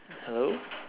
hello